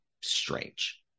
strange